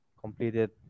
completed